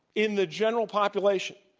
in the general population,